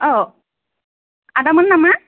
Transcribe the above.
औ आदामोन नामा